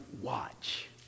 watch